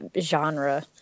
genre